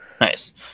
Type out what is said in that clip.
Nice